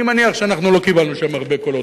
אני מניח שלא קיבלנו שם הרבה קולות,